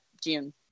June